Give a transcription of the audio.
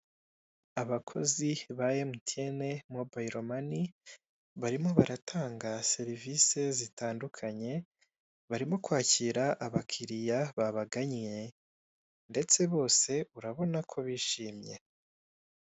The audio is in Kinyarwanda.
Abakozi ba emutiyene mobayiro mani barimo baratanga serivise zitandukanye, barimo kwakira abakiliya babagannye ndetse bose urabona ko bishimye.